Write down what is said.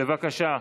בבקשה.